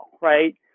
right